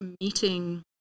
meeting